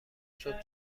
صبح